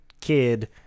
kid